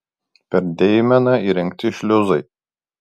per deimeną įrengti šliuzai